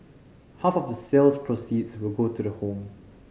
half of the sales proceeds will go to the home